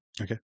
Okay